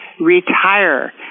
Retire